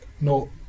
No